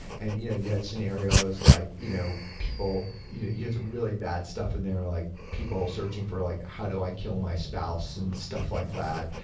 and you know you had scenarios like you know people you you get some really bad stuff in there, like people searching for like how do i kill my spouse and stuff like that,